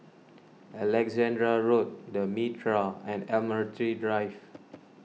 Alexandra Road the Mitraa and Admiralty Drive